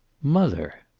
mother!